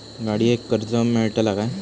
गाडयेक कर्ज मेलतला काय?